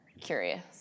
curious